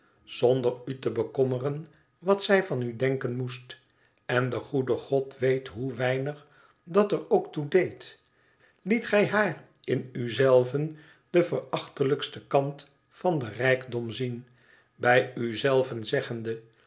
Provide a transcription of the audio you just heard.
zonder u te bekommeren wat zij van u denken moest en de goede god weet hoe weinig dat er ook toe deed liet gij haar in u zelven den verachtelijksten kimt van den rijkdom zien bij u zelven zeggende